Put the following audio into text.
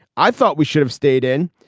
i thought we should have stayed in.